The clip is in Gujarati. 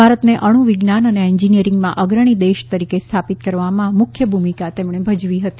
ભારતને અણુ વિજ્ઞાન અને એન્જિનિયરિંગમાં અગ્રણી દેશ તરીકે સ્થાપિત કરવામાં મુખ્ય ભૂમિકા ભજવી હતી